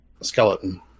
skeleton